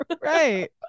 Right